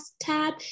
tab